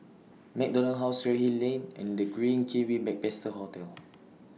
MacDonald House Redhill Lane and The Green Kiwi Backpacker Hostel